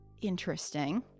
Interesting